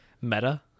Meta